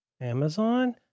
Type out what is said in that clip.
Amazon